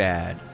Bad